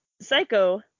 Psycho